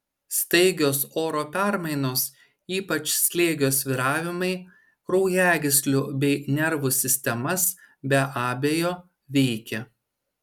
staigios oro permainos ypač slėgio svyravimai kraujagyslių bei nervų sistemas be abejo veikia